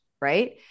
Right